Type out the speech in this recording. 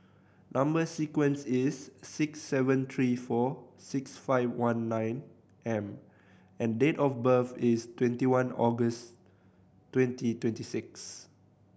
number sequence is six seven three four six five one nine M and date of birth is twenty one August twenty twenty six